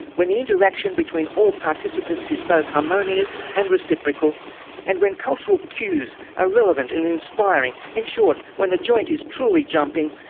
when the interaction between all participants is both harmonious and reciprocal and when cultural cues are relevant and inspiring in short, when the joint is truly jumping,